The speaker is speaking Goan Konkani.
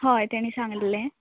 हय तेणी सांगलेलें